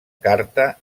carta